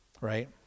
Right